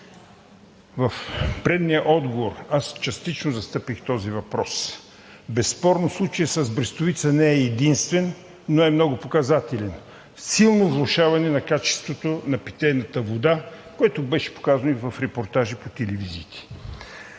В предния отговор аз частично застъпих този въпрос. Безспорно случаят с Брестовица не е единствен, но е много показателен – силно влошаване на качеството на питейната вода, което беше показано и в репортажи по телевизиите.